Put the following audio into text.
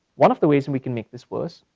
one of the ways and we can make this worse.